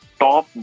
top